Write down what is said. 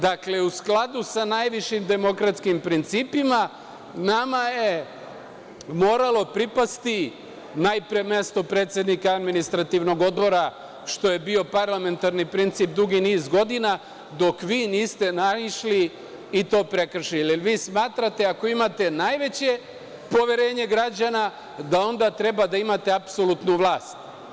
Dakle, u skladu sa najvišim demokratskim principima, nama je moralo pripasti najpre mesto predsednika Administrativnog odbora, što je bio parlamentarni princip dugi niz godina, dok vi niste naišli i to prekršili, jer vi smatrate ako imate najveće poverenje građana, da onda treba da imate apsolutnu vlast.